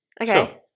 Okay